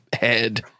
head